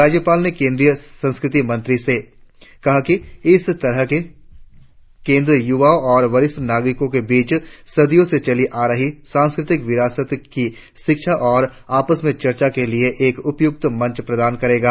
राज्यपाल ने केंद्रीय संस्कृत मंत्री से कहा कि इस तरह के केंद्र युवाओं और वरिष्ठ नागरिको के बीच सदियों से चली आ रही सांस्कृतिक विरासत की शिक्षा और आपस में चर्चा के लिए एक उपयुक्त मंच प्रदान करेंगे